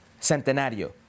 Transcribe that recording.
Centenario